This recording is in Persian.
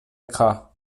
کاه